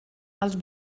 els